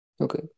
Okay